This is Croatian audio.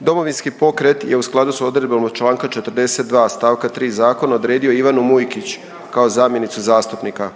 Domovinski pokret je u skladu s odredbama čl. 42 st. 3 zakona, odredio Ivanu Mujkić, kao zamjenicu zastupnika.